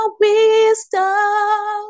wisdom